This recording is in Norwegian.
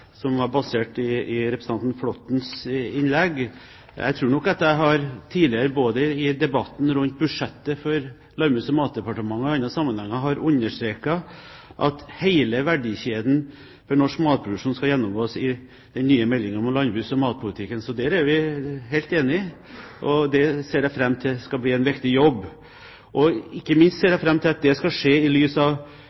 i representanten Flåttens innlegg. Jeg tror nok at jeg tidligere – både i debatten rundt budsjettet for Landbruks- og matdepartementet og i andre sammenhenger – har understreket at hele verdikjeden for norsk matproduksjon skal gjennomgås i den nye meldingen om landbruks- og matpolitikken. Så der er vi helt enige. Det ser jeg fram til skal bli en viktig jobb. Ikke minst ser